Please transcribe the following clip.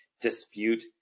dispute